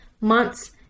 months